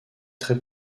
très